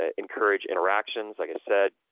ah encourage interactions like i said,